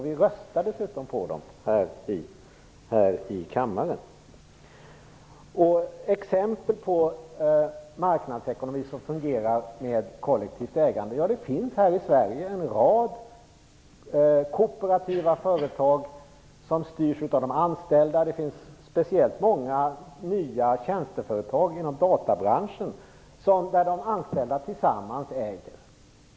Vi röstar dessutom på dem här i kammaren. Det finns exempel på marknadsekonomi som fungerar med kollektivt ägande. I Sverige finns en rad kooperativa företag som styrs av de anställda. Det finns speciellt många tjänsteföretag i databranschen där de anställda tillsammans är ägare.